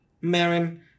Marin